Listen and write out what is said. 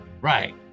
Right